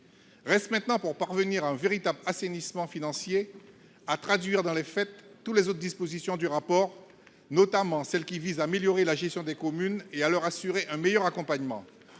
Reste maintenant, pour parvenir à un véritable assainissement financier, à traduire dans les faits toutes les autres recommandations du rapport, notamment celles qui visent à améliorer la gestion des communes et à leur assurer un meilleur accompagnement.